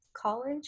college